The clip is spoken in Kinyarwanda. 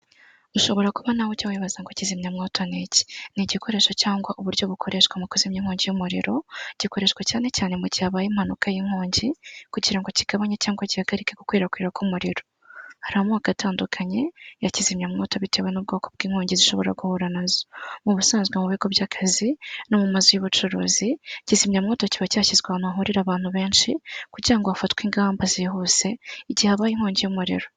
Shobora kuba nawe ujya wibaza ngo kizimyamwoto niki? ni igikoresho cyangwa uburyo bukoreshwa mu kuzimya inkongi y'umuriro gikoreshwa cyane cyane mugihe habaye impanuka y'inkongi kugira ngo kigabanye cyangwa kihagarike gukwirakwira k'umuriro. Hari amoko atandukanye ya kizimyamwoto bitewe n'ubwoko bw'inkongi zishobora guhura nazo mu busanzwe mu bigo by'akazi no mu mazu y'ubucuruzi kizimyamwoto kiba cyashyizwe ahantu hahurira abantu benshi kugira ngo hafatwe ingamba zihuse igihe habaye inkongi y'umuriro.